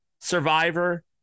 Survivor